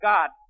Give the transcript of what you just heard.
God